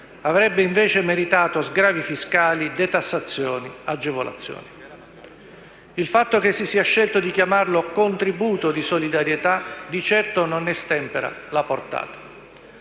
avrebbe invece meritato sgravi fiscali, detassazioni, agevolazioni. Il fatto che si sia scelto di chiamarlo contributo di solidarietà di certo non ne stempera la portata.